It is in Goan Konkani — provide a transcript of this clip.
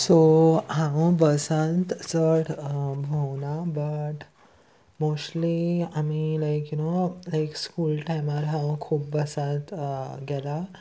सो हांव बसांत चड भोंवना बट मोस्टली आमी like you know like school टायमार हांव खूब बसांत गेला